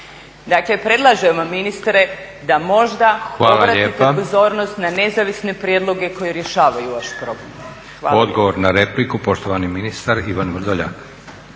Dakle predlažem vam ministre da možda obratite pozornost na nezavisne prijedloge koji rješavaju vaš problem. Hvala.